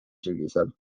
sügisel